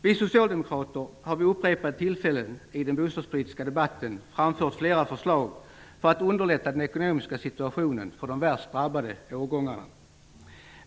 Vi socialdemokrater har vid upprepade tillfällen i den bostadspolitiska debatten framfört flera förslag för att underlätta den ekonomiska situationen för de värst drabbade årgångarna.